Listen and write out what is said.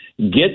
get